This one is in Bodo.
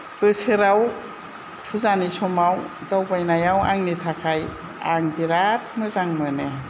बोसोराव फुजानि समाव दावबायनायाव आंनि थाखाय आं बिराद मोजां मोनो